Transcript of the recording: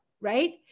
right